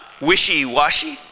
wishy-washy